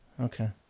Okay